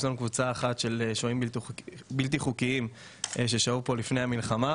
יש לנו קבוצה אחת של שוהים בלתי חוקיים ששהו פה לפני המלחמה,